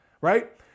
right